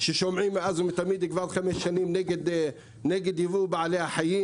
ששומעים מאז ומתמיד כבר חמש שנים נגד יבוא בעלי החיים,